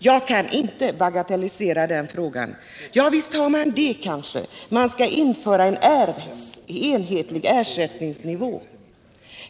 Jag kan däremot inte bagatellisera den frågan. Ja, visst har man kanske större frågor: man skall införa en enhetlig ersättningsnivå.